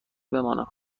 بمانم